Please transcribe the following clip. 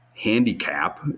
handicap